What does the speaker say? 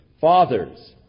Fathers